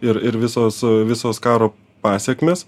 ir ir visos visos karo pasekmės